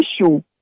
issue